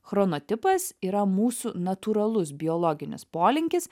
chronotipas yra mūsų natūralus biologinis polinkis